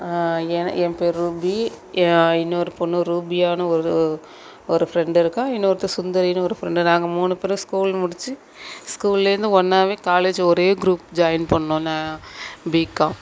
என் என் பேர் ரூபி என் இன்னொரு பொண்ணு ரூபியான்னு ஒரு ஒரு ஃப்ரெண்டு இருக்காள் இன்னொருத்தி சுந்தரின்னு ஒரு ஃப்ரெண்டு நாங்கள் மூணு பேரும் ஸ்கூல் முடித்து ஸ்கூல்லேருந்து ஒன்னாகவே காலேஜ் ஒரே குரூப் ஜாயின் பண்ணோம் ந பிகாம்